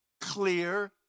clear